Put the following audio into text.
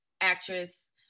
actress